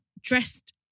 dressed